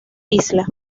isla